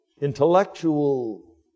intellectual